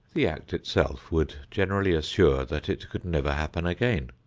the act itself would generally assure that it could never happen again.